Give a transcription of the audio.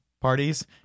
parties